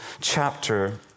chapter